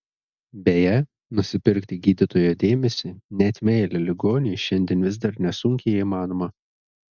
beje nusipirkti gydytojo dėmesį net meilę ligoniui šiandien vis dar nesunkiai įmanoma